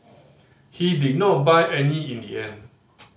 he did not buy any in the end